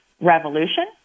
Revolution